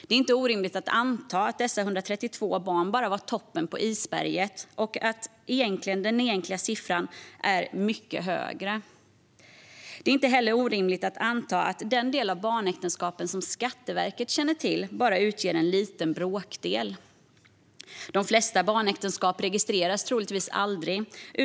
Det är inte orimligt att anta att dessa 132 barn bara är toppen på ett isberg och att den egentliga siffran är mycket högre. Det är inte heller orimligt att anta att den del av barnäktenskapen som Skatteverket känner till bara utgör en liten bråkdel. De flesta barnäktenskap registreras troligtvis aldrig.